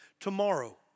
Tomorrow